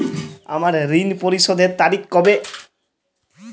আমার ঋণ পরিশোধের তারিখ কবে?